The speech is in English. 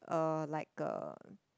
um like a